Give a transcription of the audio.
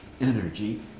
energy